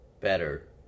better